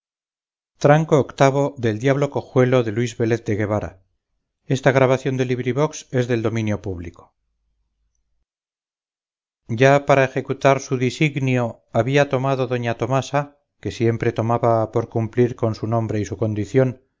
ya para ejecutar su disignio había tomado doña tomasa que siempre tomaba por cumplir con su nombre y su condición